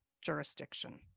jurisdiction